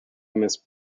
miss